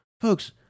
folks